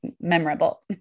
memorable